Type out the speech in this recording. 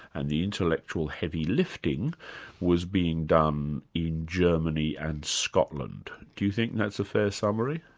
and the intellectual heavy lifting was being done in germany and scotland. do you think that's a fair summary?